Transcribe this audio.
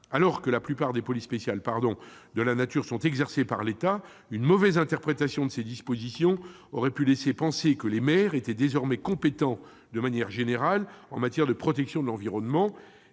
alors que la plupart des polices spéciales de la nature sont exercées par l'État, une mauvaise interprétation de ces dispositions aurait pu laisser penser que les maires étaient désormais compétents, de manière générale, en matière de protection de l'environnement,